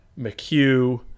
McHugh